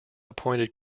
appointed